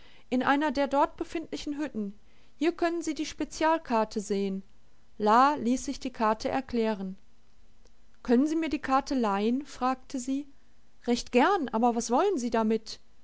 in einer der dort befindlichen hütten hier können sie die spezialkarte sehen la ließ sich die karte erklären können sie mir die karte leihen fragte sie recht gern aber was wollen sie damit